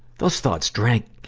those thoughts drag,